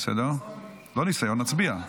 לא ניסיון, נצביע.